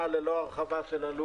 למה אני צריך עכשיו לשנות מעשה בראשית?